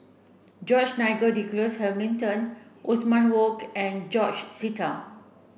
George Nigel Douglas Hamilton Othman Wok and George Sita